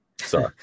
Sorry